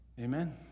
Amen